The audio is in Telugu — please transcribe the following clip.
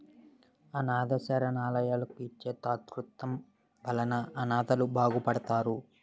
అనాధ శరణాలయాలకు ఇచ్చే తాతృత్వాల వలన అనాధలు బాగుపడతారు